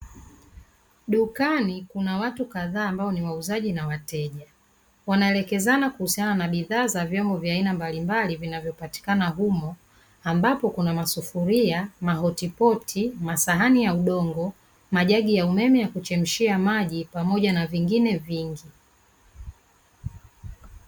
Dukani kuna watu kadhaa ambao ni wauzaji na wateja wanaelekezana kuhusiana na bidhaa za vyombo vya aina mbalimbali vinavyopatikana humo ambapo kuna masufuria, mahotipoti, masahani ya udongo, majagi ya umeme ya kuchemshia maji pamoja na vingine vingi.